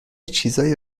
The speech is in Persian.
چیزایی